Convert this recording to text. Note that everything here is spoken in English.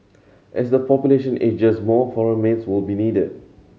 as the population ages more foreign maids will be needed